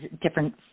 different